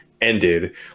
ended